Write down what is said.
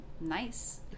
nice